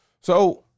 So-